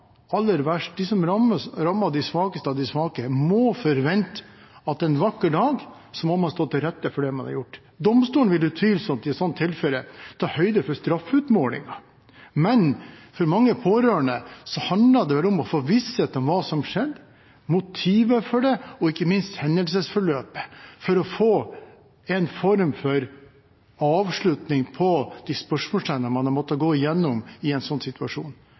aller verst, de svakeste av de svake, må kunne forvente at en vakker dag må gjerningspersonene stå til rette for det de har gjort. Domstolen vil utvilsomt i et slikt tilfelle ta høyde for det i straffeutmålingen, men for mange pårørende handler det om å få visshet om hva som skjedde, motivet for det og ikke minst hendelsesforløpet for å få en avslutning – få svar på de spørsmålene man har hatt når man har måttet gå igjennom en sånn situasjon.